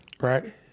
Right